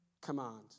command